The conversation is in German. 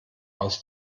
aus